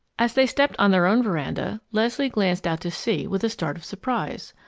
as they stepped on their own veranda, leslie glanced out to sea with a start of surprise.